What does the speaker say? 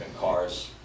cars